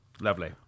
Lovely